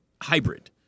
hybrid